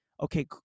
Okay